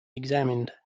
examined